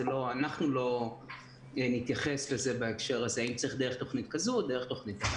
אנחנו לא נתייחס האם צריך דרך תוכנית כזו או אחרת.